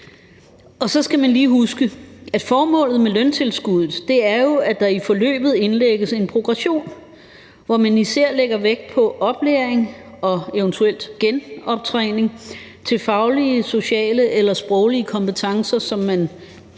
Så skal man lige huske, at formålet med løntilskuddet er, at der i forløbet indlægges en progression, hvor man især lægger vægt på oplæring og eventuelt genoptræning af faglige, sociale eller sproglige kompetencer, som man enten